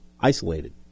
isolated